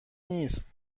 نیست